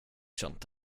känt